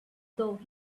though